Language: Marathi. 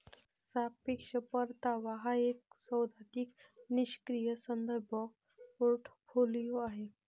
सापेक्ष परतावा हा एक सैद्धांतिक निष्क्रीय संदर्भ पोर्टफोलिओ आहे